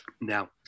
now